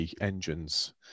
engines